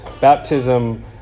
baptism